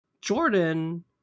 Jordan